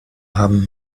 haben